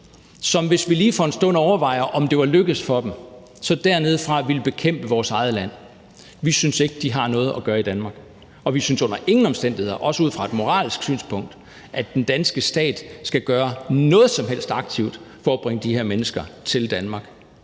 som, hvis vi lige for en stund overvejer at det var lykkedes for dem, ville bekæmpe vores eget land dernedefra, har noget at gøre i Danmark. Og vi synes under ingen omstændigheder, også ud fra et moralsk synspunkt, at den danske stat skal gøre noget som helst aktivt for at bringe de her mennesker til Danmark.